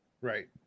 Right